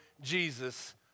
Jesus